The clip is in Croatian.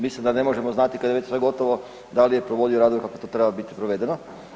Mislim da ne možemo znati kad je već sve gotovo da li je provodio radove kako to treba biti provedeno.